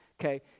Okay